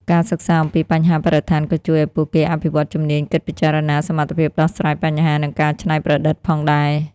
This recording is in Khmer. ការសិក្សាអំពីបញ្ហាបរិស្ថានក៏ជួយឱ្យពួកគេអភិវឌ្ឍជំនាញគិតពិចារណា សមត្ថភាពដោះស្រាយបញ្ហា និងការច្នៃប្រឌិតផងដែរ។